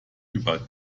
über